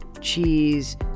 cheese